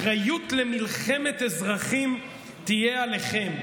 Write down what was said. אחריות למלחמת אזרחים תהיה עליכם,